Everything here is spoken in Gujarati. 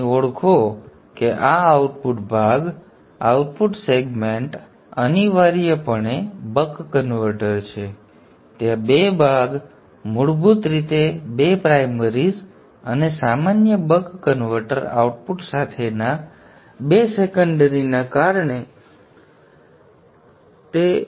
અહીં ઓળખો કે આ આઉટપુટ ભાગ આઉટપુટ સેગમેન્ટ અનિવાર્યપણે બક કન્વર્ટર છે ત્યાં 2 ભાગ મૂળભૂત રીતે 2 પ્રાઇમરીઝ અને સામાન્ય બક કન્વર્ટર આઉટપુટ સાથેના 2 સેકન્ડરીને કારણે છે